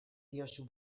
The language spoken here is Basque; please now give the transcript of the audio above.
diozu